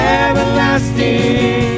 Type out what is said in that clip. everlasting